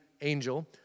Angel